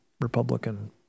Republican